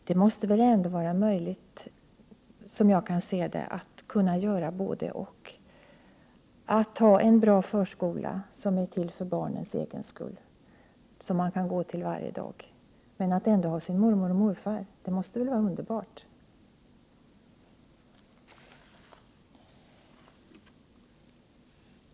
Det måste väl ändå vara möjligt att ha både-och, dvs. att ha en bra förskola som är till för barnens egen skull, som barnen kan gå till varje dag, men att ändå ha mormor och morfar — det måste vara underbart.